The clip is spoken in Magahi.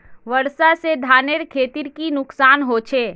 वर्षा से धानेर खेतीर की नुकसान होचे?